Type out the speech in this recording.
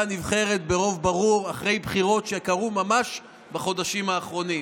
נבחרת ברוב ברור אחרי בחירות שקרו ממש בחודשים האחרונים.